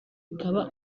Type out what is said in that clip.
ikaba